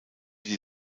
die